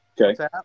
Okay